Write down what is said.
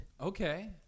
Okay